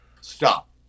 Stop